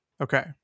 Okay